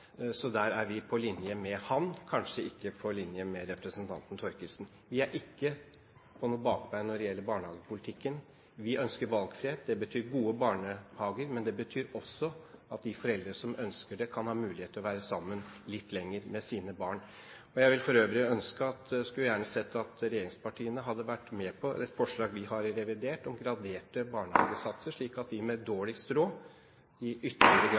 Så der er vi på linje med ham, kanskje ikke på linje med representanten Thorkildsen. Vi er ikke på bakbeina når det gjelder barnehagepolitikken. Vi ønsker valgfrihet, som betyr gode barnehager, men som også betyr at de foreldrene som ønsker det, kan ha mulighet til å være sammen litt lenger med sine barn. Jeg skulle for øvrig gjerne sett at regjeringspartiene hadde vært med på et forslag vi har i revidert om graderte barnehagesatser , slik at de med dårligst råd i ytterligere grad